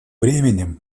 временем